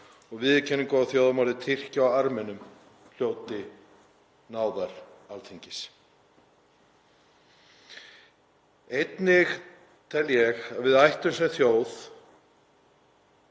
og viðurkenningu á þjóðarmorði Tyrkja á Armenum hljóti náð Alþingis. Einnig tel ég að við ættum sem þjóð